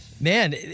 Man